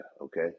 okay